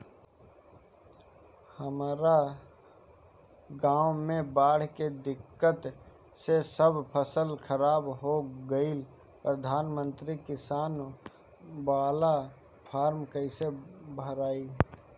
हमरा गांव मे बॉढ़ के दिक्कत से सब फसल खराब हो गईल प्रधानमंत्री किसान बाला फर्म कैसे भड़ाई?